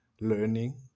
learning